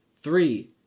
Three